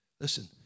Listen